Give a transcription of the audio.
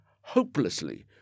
hopelessly